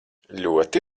ļoti